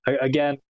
again